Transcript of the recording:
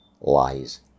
lies